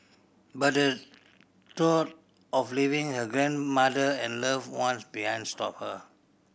but the thought of leaving her grandmother and loved ones behind stopped her